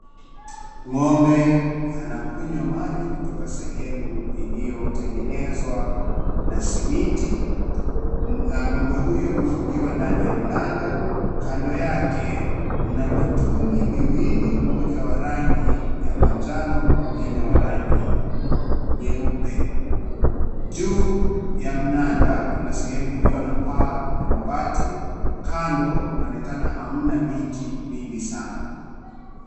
Ng'ombe anakunywa maji kutoka sehemu iliyotengenezwa na simiti. Ng'ombe huyo amefungiwa ndani ya mnanda. Kando yake mna mitungi miwili; moja wa rangi ya manjano mwingine wa rangi nyeupe. Juu ya mnanda kuna sehemu iliyo na paa ya mabati, kando inaonekana hamna miti mingi sana.